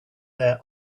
their